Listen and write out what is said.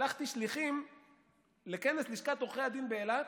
שלחתי שליחים לכנס לשכת עורכי הדין באילת.